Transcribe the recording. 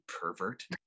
pervert